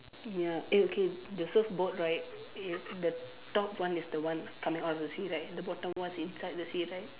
ya eh okay the surfboard right eh the top one is the one coming out of the sea right the bottom one is inside the sea right